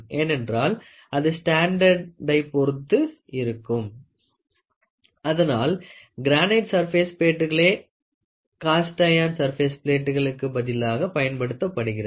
ஏனென்றால் அது ஸ்டாண்டர்ட்டை பொறுத்து இருக்கும் அதனால் கிரானைட் சர்பேஸ் பிளேட்டுகளே காஸ்ட் ஐயன் சர்பேஸ் பிளேட்டுகளுக்கு பதிலாக பயன்படுத்தப்படுகிறது